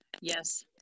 Yes